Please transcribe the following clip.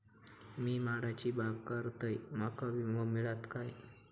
मी माडाची बाग करतंय माका विमो मिळात काय?